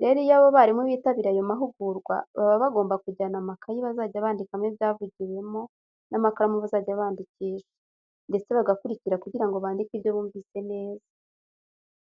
Rero, iyo aba barimu bitabiriye ayo mahugurwa baba bagomba kujyana amakayi bazajya bandikamo ibyavugiwemo n'amakaramu bazajya bandikisha ndetse bagakurikira kugira ngo bandike ibyo bumvise neza.